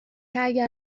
اگر